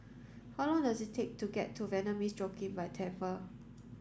how long does it take to get to Vanda Miss Joaquim by